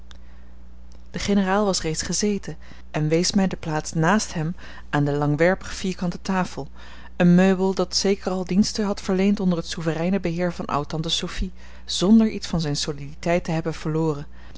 de generaal was reeds gezeten en wees mij de plaats naast hem aan de langwerpig vierkante tafel een meubel dat zeker al diensten had verleend onder het souvereine beheer van oud-tante sophie zonder iets van zijne soliditeit te hebben verloren